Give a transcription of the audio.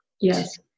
yes